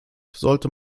sollte